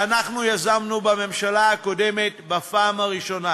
שאנחנו יזמנו בממשלה הקודמת בפעם הראשונה,